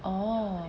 oh